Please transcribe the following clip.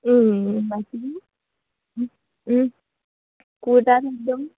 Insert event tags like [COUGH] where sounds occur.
[UNINTELLIGIBLE]